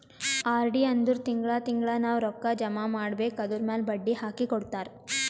RD ಅಂದುರ್ ತಿಂಗಳಾ ತಿಂಗಳಾ ನಾವ್ ರೊಕ್ಕಾ ಜಮಾ ಮಾಡ್ಬೇಕ್ ಅದುರ್ಮ್ಯಾಲ್ ಬಡ್ಡಿ ಹಾಕಿ ಕೊಡ್ತಾರ್